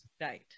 Right